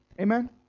Amen